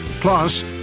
Plus